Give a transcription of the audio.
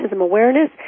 Awareness